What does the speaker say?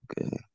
Okay